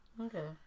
okay